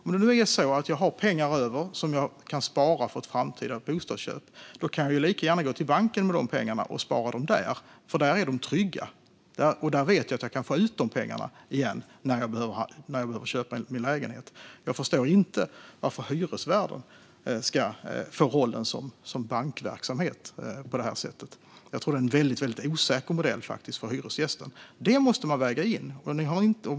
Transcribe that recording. Om det nu är så att jag har pengar över, som jag kan spara till ett framtida bostadsköp, kan jag lika gärna gå till banken med de pengarna och spara dem där. På banken är de trygga. Jag vet då att jag kan få ut pengarna när jag behöver köpa min lägenhet. Jag förstår inte varför hyresvärden ska få rollen som bank på det här sättet. Jag tror faktiskt att det är en väldigt osäker modell för hyresgästen. Detta måste man väga in.